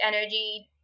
energy